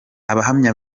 abahamya